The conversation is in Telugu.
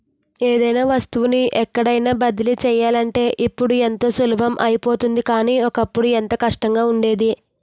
ఏదైనా వస్తువుని ఎక్కడికైన బదిలీ చెయ్యాలంటే ఇప్పుడు ఎంతో సులభం అయిపోయింది కానీ, ఒకప్పుడు ఎంతో కష్టంగా ఉండేది